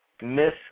Miss